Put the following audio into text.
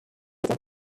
along